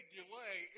delay